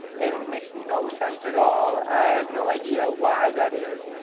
and it makes no sense at all. i have no idea why that is,